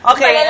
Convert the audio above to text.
Okay